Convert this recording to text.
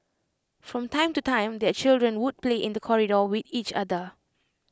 from time to time their children would play in the corridor with each other